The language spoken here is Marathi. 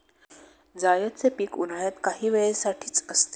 जायदचे पीक उन्हाळ्यात काही वेळे साठीच असते